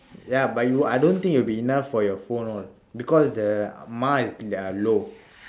ya but you I don't think it will be enough for your phone all because the MA is that are low